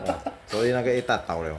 !wah! sorry 那个 egg tart 倒 liao